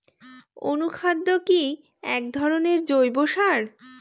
অনুখাদ্য কি এক ধরনের জৈব সার?